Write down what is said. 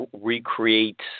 recreate